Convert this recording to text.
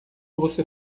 você